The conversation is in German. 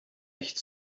echt